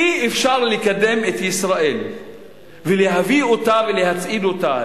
אי-אפשר לקדם את ישראל ולהביא אותה ולהצעיד אותה